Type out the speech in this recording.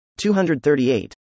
238